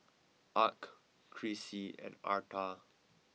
Arch Krissy and Arta